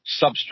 substrate